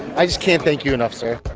i just can't thank you enough, sir.